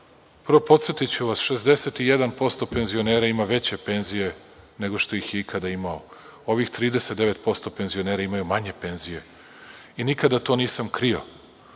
prvo podsetiću vas 61% penzionera ima veće penzije nego što ih je ikada imao. Ovih 39% penzioneri imaju manje penzije i nikada to nisam krio.